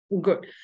Good